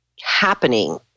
happening